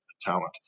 talent